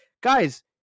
guys